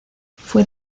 fue